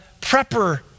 prepper